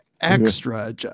extra